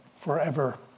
forever